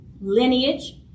lineage